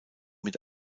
mit